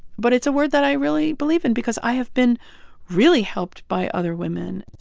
but it's a word that i really believe in because i have been really helped by other women